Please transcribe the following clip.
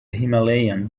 himalayan